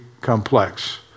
complex